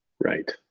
Right